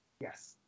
Yes